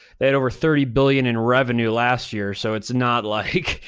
they had over thirty billion in revenue last year. so it's not like,